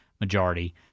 majority